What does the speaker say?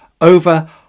Over